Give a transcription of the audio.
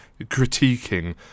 critiquing